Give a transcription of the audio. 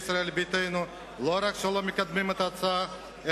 ישראל ביתנו לא רק שלא מקדמים את ההצעה,